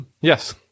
Yes